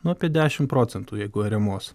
nu apie dešimt procentų jeigu ariamos